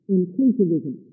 Inclusivism